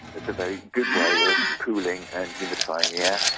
it's a very good way of cooling and humidifying yeah